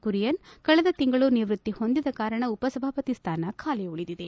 ಕುರಿಯನ್ ಕಳೆದ ತಿಂಗಳು ನಿವೃತ್ತಿ ಹೊಂದಿದ ಕಾರಣ ಉಪಸಭಾಪತಿ ಸ್ಥಾನ ಖಾಲಿ ಉಳಿದಿದೆ